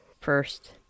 first